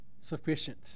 sufficient